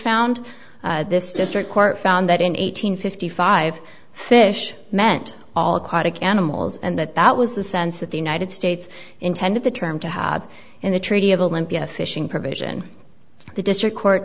found this district court found that in eight hundred fifty five fish meant all aquatic animals and that that was the sense that the united states intended the term to have in the treaty of olympia a fishing provision the district court